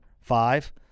Five